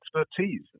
expertise